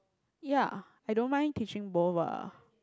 ya I don't mind teaching both ah